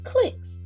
clicks